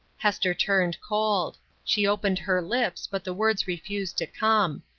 hester turned cold she opened her lips, but the words refused to come.